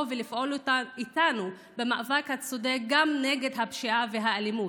ולפעול איתנו במאבק הצודק גם נגד הפשיעה והאלימות.